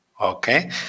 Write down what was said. okay